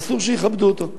אסור שיכבדו אותו.